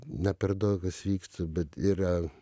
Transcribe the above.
ne per daug kas vyksta bet yra